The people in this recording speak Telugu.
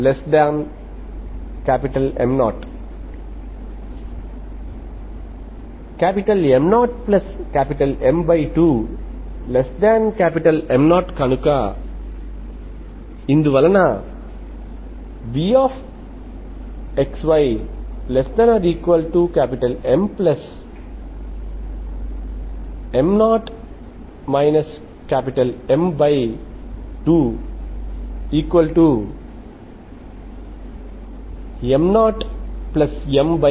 MM0 M0M2M0కనుక ఇందువలన vxy≤MM0 M2M0M2